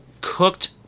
cooked